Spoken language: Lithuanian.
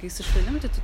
kai su šunim tai tu